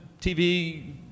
TV